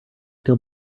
till